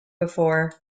before